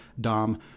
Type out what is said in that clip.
Dom